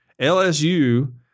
LSU